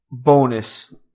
Bonus